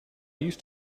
used